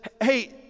hey